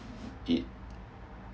it